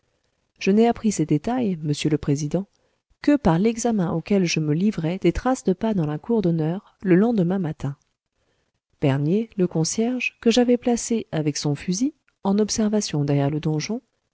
je n'ai appris ces détails monsieur le président que par l'examen auquel je me livrai des traces de pas dans la cour d'honneur le lendemain matin bernier le concierge que j'avais placé avec son fusil en observation derrière le donjon